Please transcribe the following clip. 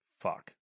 fuck